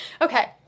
Okay